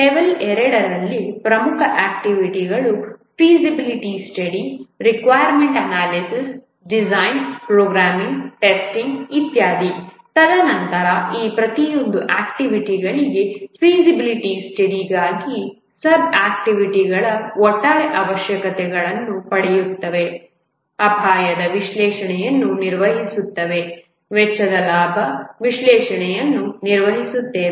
level 2 ರಲ್ಲಿ ಪ್ರಮುಖ ಆಕ್ಟಿವಿಟಿಗಳು feasibility study requirement analysis design programming testing ಇತ್ಯಾದಿ ತದನಂತರ ಈ ಪ್ರತಿಯೊಂದು ಆಕ್ಟಿವಿಟಿಗಳಿಗೆ ಫೀಸಿಬಿಲಿಟಿ ಸ್ಟಡಿಗಾಗಿ ಸಬ್ ಆಕ್ಟಿವಿಟಿಗಳು ಒಟ್ಟಾರೆ ಅವಶ್ಯಕತೆಗಳನ್ನು ಪಡೆಯುತ್ತವೆ ಅಪಾಯದ ವಿಶ್ಲೇಷಣೆಯನ್ನು ನಿರ್ವಹಿಸುತ್ತವೆ ವೆಚ್ಚದ ಲಾಭ ವಿಶ್ಲೇಷಣೆಯನ್ನು ನಿರ್ವಹಿಸುತ್ತವೆ